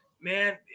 man